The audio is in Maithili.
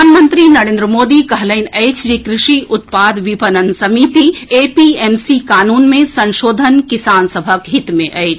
प्रधानमंत्री नरेन्द्र मोदी कहलनि अछि जे कॄषि उत्पाद विपणन समिति एपीएमसी कानून मे संशोधन किसान सभक हित मे अछि